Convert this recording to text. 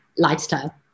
lifestyle